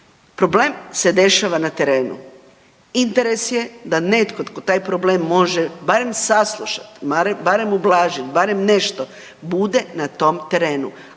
Problem se dešava na terenu. Interes je da netko tko taj problem može barem saslušati, barem ublažiti, barem nešto bude na tom terenu